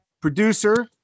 producer